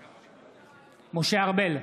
בעד משה ארבל,